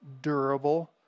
durable